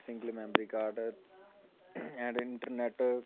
single memory card and internet